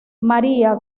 maría